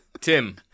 Tim